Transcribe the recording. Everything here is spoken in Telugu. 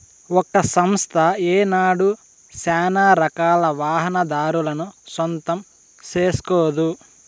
ఒక సంస్థ ఏనాడు సానారకాల వాహనాదారులను సొంతం సేస్కోదు